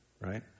right